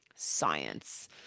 science